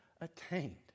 attained